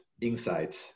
insights